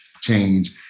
change